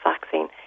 vaccine